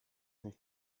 nicht